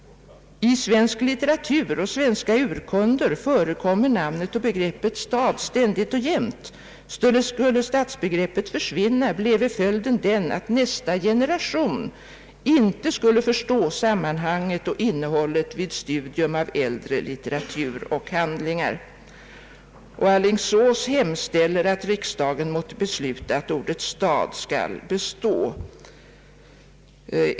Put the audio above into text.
I svensk litteratur och svenska urkunder förekommer namnet och begreppet stad ständigt och jämt. Skulle stadsbegreppet försvinna, bleve följden den att nästa generation inte skulle förstå sammanhanget och innehållet vid studium av en litteratur och handlingar.» stad skall bestå.